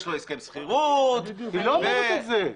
לו הסכם שכירות ו --- היא לא אומרת את זה,